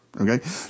Okay